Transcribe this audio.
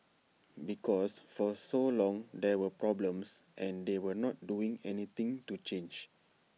because for so long there were problems and they were not doing anything to change